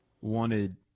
wanted